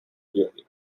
journey